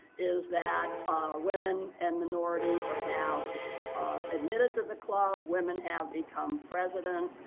is that women and minorities are now admitted to the club. women have become president.